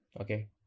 Okay